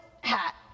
hat